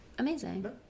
Amazing